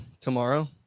tomorrow